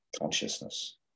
consciousness